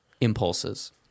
impulses